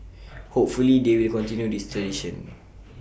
hopefully they will continue this tradition